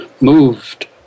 moved